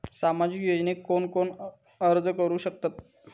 सामाजिक योजनेक कोण कोण अर्ज करू शकतत?